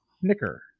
snicker